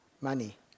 money